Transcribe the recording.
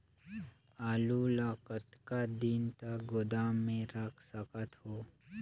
आलू ल कतका दिन तक गोदाम मे रख सकथ हों?